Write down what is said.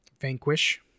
Vanquish